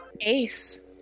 Ace